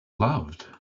loved